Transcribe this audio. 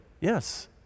Yes